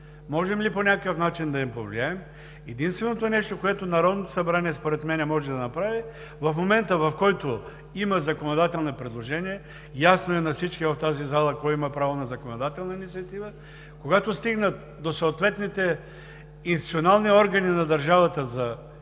можем ли по някакъв начин да им повлияем? Единственото нещо, което Народното събрание според мен може да направи в момента, в който има законодателно предложение – ясно е на всички в тази зала кой има право на законодателна инициатива, е, когато стигнат до съответните институционални органи на държавата за диалог,